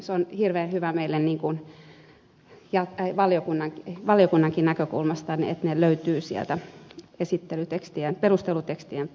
se on hirveän hyvä meille valiokunnankin näkökulmasta että ne löytyvät sieltä perustelutekstien kautta